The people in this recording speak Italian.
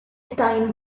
stai